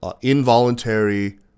involuntary